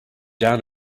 down